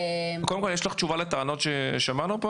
קודם כל יש לך תשובה לטענות ששמענו פה?